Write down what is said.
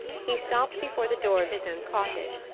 he stopped before the door of his own cottage,